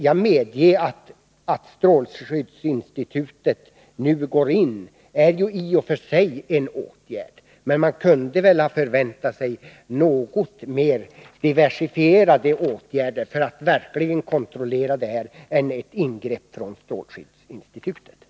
Jag medger att det förhållandet att strålskyddsinstitutet nu griper in i och för sig är en åtgärd, men man kunde ha förväntat sig något mer diversifierade åtgärder för att verkligen kontrollera detta än ett ingripande från strålskyddsinstitutet.